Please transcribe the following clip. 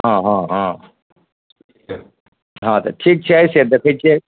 हँ हँ हँ हँ तऽ ठीक छै से देखय छियै